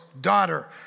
daughter